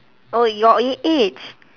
oh your a~ age